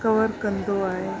cover कंदो आहे